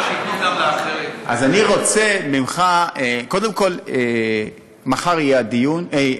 אז אני רוצה ממך, קודם כול, מחר יהיה הדיון.